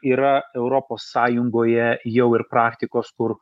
yra europos sąjungoje jau ir praktikos kur